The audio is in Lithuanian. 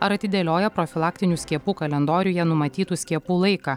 ar atidėlioja profilaktinių skiepų kalendoriuje numatytų skiepų laiką